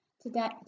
Today